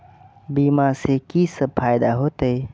बीमा से की सब फायदा होते?